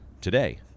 today